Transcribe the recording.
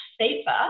safer